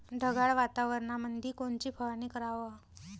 ढगाळ वातावरणामंदी कोनची फवारनी कराव?